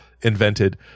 invented